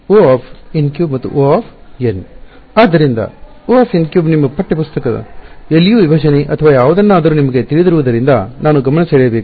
ಆದ್ದರಿಂದ ಈ O ನಿಮ್ಮ ಪಠ್ಯ ಪುಸ್ತಕ LU ವಿಭಜನೆ ಅಥವಾ ಯಾವುದನ್ನಾದರೂ ನಿಮಗೆ ತಿಳಿದಿರುವುದರಿಂದ ನಾನು ಗಮನಸೆಳೆಯಬೇಕು